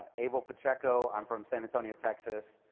ah abel pacheco, i'm from san antonio, texas.